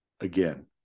Again